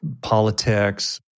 politics